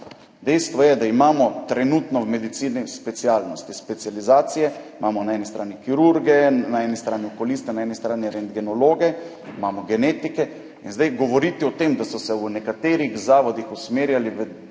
Dejstvo je, da imamo trenutno v medicini specialnosti, specializacije, imamo na eni strani kirurge, na eni strani okulista, na eni strani rentgenologe, imamo genetike, in zdaj govoriti o tem, da so se v nekaterih zavodih usmerjali v